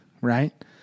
right